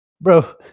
Bro